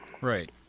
Right